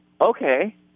okay